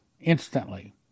instantly